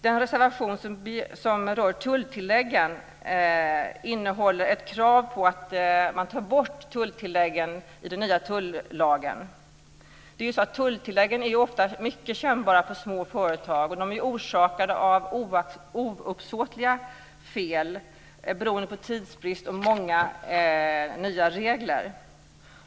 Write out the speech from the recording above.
Den reservation som rör tulltilläggen innehåller ett krav på att man tar bort tulltilläggen i den nya tullagen. Tulltilläggen är ofta mycket kännbara för små företag, och de är orsakade av ouppsåtliga fel beroende på tidsbrist och många nya regler.